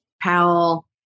Powell